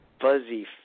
fuzzy